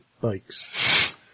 bikes